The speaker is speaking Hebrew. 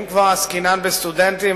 אם כבר עסקינן בסטודנטים,